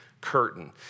curtain